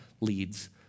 leads